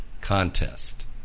contest